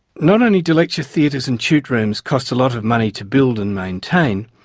not only do lecture theatres and tute rooms cost a lot of money to build and maintain,